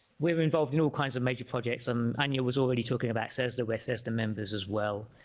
we were involved in all kinds of major projects and annual was already talking about says the westchester members as well